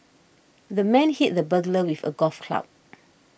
the man hit the burglar with a golf club